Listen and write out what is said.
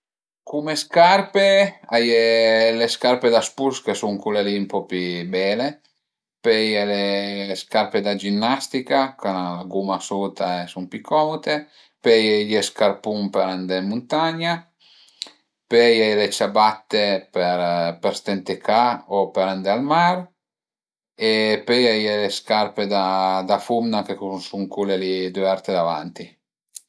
Cume scarpe a ie le scarpe da spus ch'a sun cule li ën po pi bele, pöi a ie le scarpe da ginnastica ch'al an la guma suta e a sun pi comude, pöi a ie le ciabatte për ste ën la ca o për andé al mar e pöi a ie le scarpe da fumna ch'a sun cule li düverte davanti